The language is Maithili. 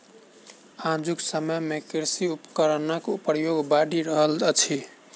आजुक समय मे कृषि उपकरणक प्रयोग बढ़ि रहल अछि